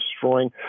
destroying